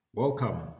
Welcome